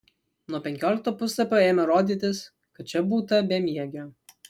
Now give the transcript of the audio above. nuo penkiolikto puslapio ėmė rodytis kad čia būta bemiegio